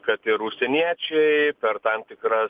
kad ir užsieniečiai per tam tikras